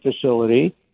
facility